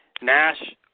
Nash